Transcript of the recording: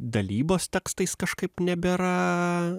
dalybos tekstais kažkaip nebėra